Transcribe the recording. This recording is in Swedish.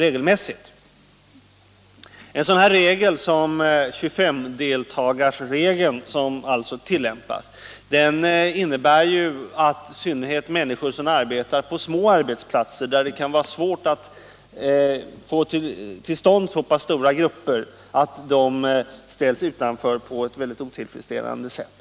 En sådan regel som den om 25 deltagare, som alltså tillämpas, innebär ju att i synnerhet människor på små arbetsplatser, där det kan vara svårt att få till stånd stora grupper, ställs utanför på ett väldigt otillfredsställande sätt.